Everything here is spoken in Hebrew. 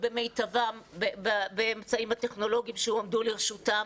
במיטבם באמצעים הטכנולוגיים שהועמדו לרשותם.